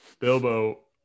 Bilbo